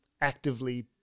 actively